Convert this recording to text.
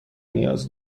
نیاز